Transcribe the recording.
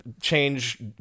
change